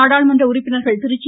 நாடாளுமன்ற உறுப்பினர்கள் திருச்சி